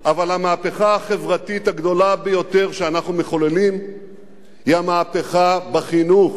אבל המהפכה החברתית הגדולה ביותר שאנחנו מחוללים היא המהפכה בחינוך.